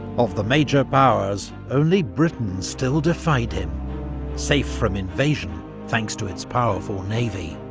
of the major powers, only britain still defied him safe from invasion thanks to its powerful navy.